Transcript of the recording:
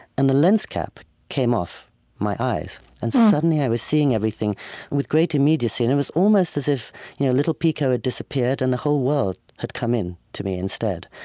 and the lens cap came off my eyes. and suddenly, i was seeing everything with great immediacy, and it was almost as if you know little pico had disappeared, and the whole world had come in to me instead.